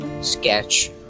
sketch